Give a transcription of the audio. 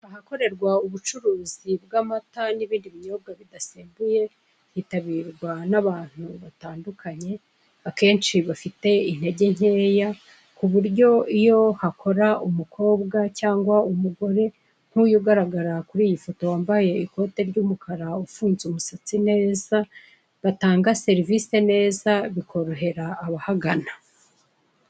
Ahakorerwa ubucuruzi bw'amata n'ibindi binyobwa bidasembuye hitabirwa n'abantu batandukanye akenshi bafite intege nkeya ku buryo iyo hakora umukobwa cyangwa umugore nk'uyu ugaragara kuri iyi foto wambaye ikote ry'umukara ufunze umusatsi neza batanga serivisi neza bikorohera abahagana.